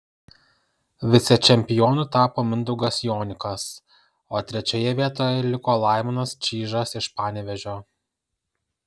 vicečempionu tapo mindaugas jonikas o trečioje vietoje liko laimonas čyžas iš panevėžio